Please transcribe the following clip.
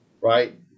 Right